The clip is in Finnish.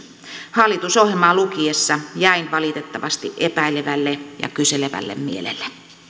hallitusohjelmaa lukiessa jäin valitettavasti epäilevälle ja kyselevälle mielelle